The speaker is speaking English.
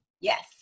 Yes